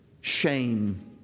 shame